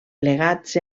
plegats